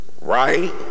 right